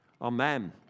Amen